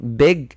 big